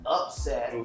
upset